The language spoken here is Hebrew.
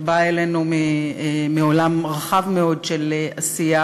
את באה אלינו מעולם רחב מאוד של עשייה,